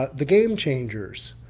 the game changers.